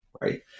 right